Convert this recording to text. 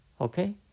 Okay